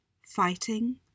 fighting